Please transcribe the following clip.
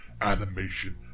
animation